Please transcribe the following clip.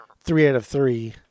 three-out-of-three